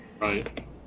Right